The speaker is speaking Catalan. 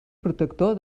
protector